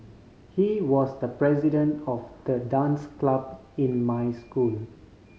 he was the president of the dance club in my school